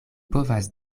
povas